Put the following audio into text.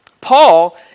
Paul